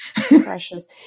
precious